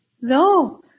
No